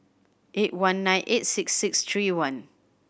eight one nine eight six six three one